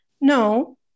No